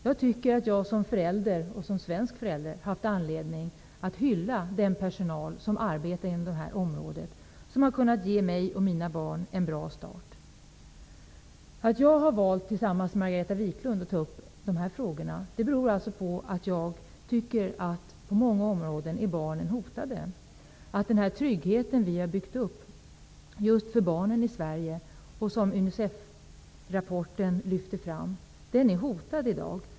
Jag tycker att jag som svensk förälder haft anledning att hylla den personal som arbetar inom det här området och har kunnat ge mig och mina barn en bra start. Att jag har valt att tillsammans med Margareta Viklund ta upp dessa frågor beror på att jag tycker att på många områden är barnen hotade. Den trygghet vi har byggt upp just för barnen i Sverige, och som Unicef-rapporten lyfter fram, den är i dag hotad.